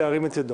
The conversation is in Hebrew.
להרים את ידו.